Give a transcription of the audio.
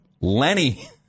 Lenny